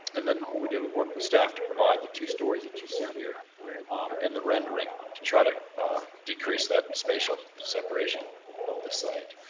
and then we worked with staff to provide the two stories that you see here and the rendering to try to decrease that spatial separation of the site.